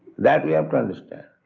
that we have to understand.